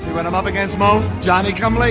when i'm up against moe johnny come like